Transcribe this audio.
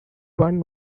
one